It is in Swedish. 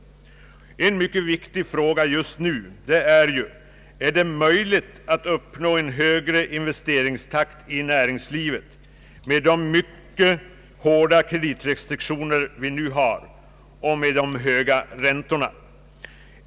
En mycket viktig fråga just nu är, om det är möjligt att uppnå en högre investeringstakt i näringslivet med de mycket hårda kreditrestriktioner som vi har och med de höga räntorna.